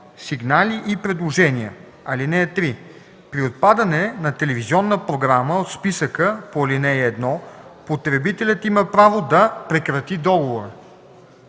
сигнали и предложения. (3) При отпадане на телевизионна програма от списъка по ал. 1 потребителят има право да прекрати договора,